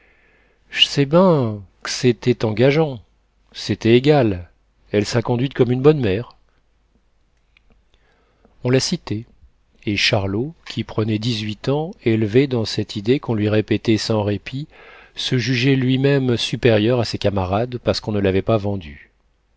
j'sais ben que c'était engageant c'est égal elle s'a conduite comme une bonne mère on la citait et charlot qui prenait dix-huit ans élevé avec cette idée qu'on lui répétait sans répit se jugeait lui-même supérieur à ses camarades parce qu'on ne l'avait pas vendu